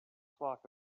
flock